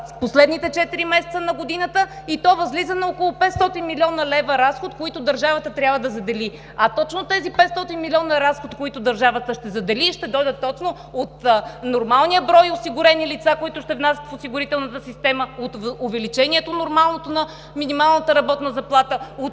последните четири месеца на годината и то възлиза на около 500 млн. лв. разход, които държавата трябва да задели. А точно тези 500 млн. лв. разход, които държавата ще задели, ще дойдат точно от нормалния брой осигурени лица, които ще внасят в осигурителната система от нормалното увеличение на минималната работна заплата, от